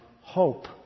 hope